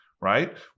right